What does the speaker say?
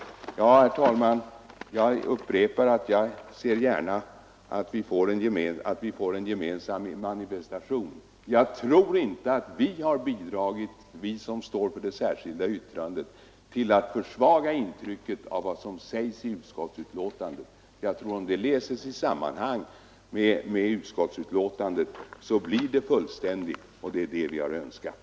Herr talman! Jag upprepar att jag gärna ser att vi får en gemensam manifestation. Jag tror inte att vi som står för det särskilda yttrandet har bidragit till att försvaga intrycket av vad som sägs i utskottsbetänkandet. Om det särskilda yttrandet läses i sammanhang med utskottsbetänkandet så tror jag att deklarationen blir fullständig, och det är det vi har önskat.